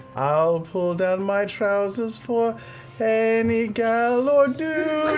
i'll pull down my trousers for any gal or dude,